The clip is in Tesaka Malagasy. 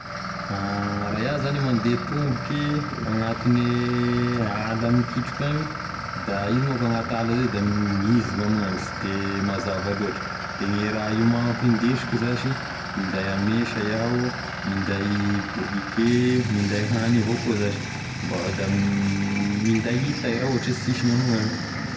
Raha iaho zany e mande tomboky agnatine ala mikitroka agna da izy manko agnaty ala izy da mizy gn'amignany sy de mazava loatry, de gne raha hiomagnako hindesiko zash minday amesa iaho minday briquet, minday hagny avao koa zash mba da minday hitay raha ohatry hoe sisy gn'amignagny.